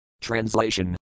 Translation